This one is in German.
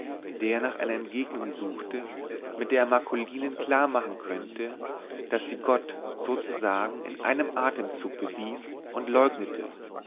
der nach einer entgegnung suchte mit der er marcolinen klarmachen könnte daß sie gott sozusagen in einem atemzug bewies und leugnete